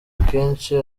akenshi